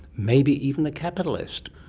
maybe even a capitalist.